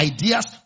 ideas